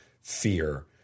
fear